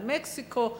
על מקסיקו,